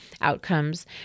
outcomes